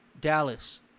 Dallas